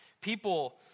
people